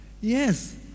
Yes